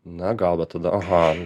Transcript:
na gal bet tada aha